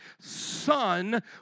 Son